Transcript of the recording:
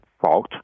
fault